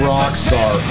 Rockstar